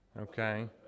okay